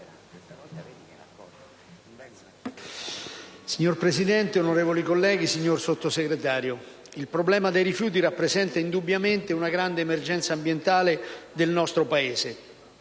Signor Presidente, onorevoli colleghi, signor Sottosegretario, il problema dei rifiuti rappresenta indubbiamente una grande emergenza ambientale del nostro Paese.